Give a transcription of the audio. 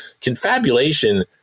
Confabulation